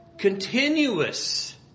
continuous